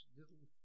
little